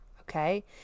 Okay